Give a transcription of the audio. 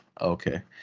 Okay